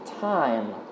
time